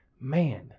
man